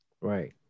right